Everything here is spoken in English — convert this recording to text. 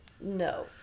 No